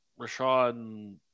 Rashawn